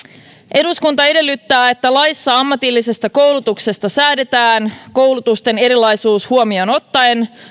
eduskunta edellyttää että laissa ammatillisesta koulutuksesta säädetään koulutusten erilaisuus huomioon ottaen